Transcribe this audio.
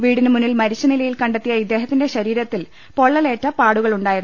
വീടിനു മുന്നിൽ മരിച്ച നിലയിൽ കണ്ടെത്തിയ ഇദ്ദേഹത്തിന്റെ ശരീരത്തിൽ പൊള്ളലേറ്റ പാടുകളുണ്ടായിരുന്നു